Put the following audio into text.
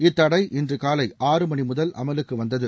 இத்தடை இன்று காலை ஆறு மணி முதல் அமலுக்கு வந்தது